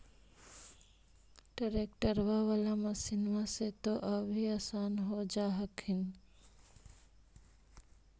ट्रैक्टरबा बाला मसिन्मा से तो औ भी आसन हो जा हखिन?